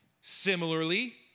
Similarly